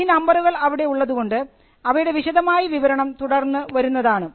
ഈ നമ്പറുകൾ അവിടെ ഉള്ളതുകൊണ്ട് അവയുടെ വിശദമായ വിവരണം തുടർന്നു വരുന്നതാണ്